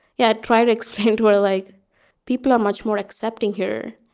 yeah. try to explain to her like people are much more accepting here.